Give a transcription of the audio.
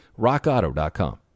rockauto.com